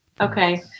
okay